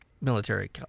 military